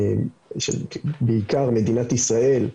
בעיקר מדינת ישראל,